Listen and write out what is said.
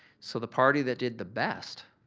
so, the party that did the best